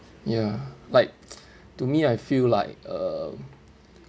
ya like to me I feel like uh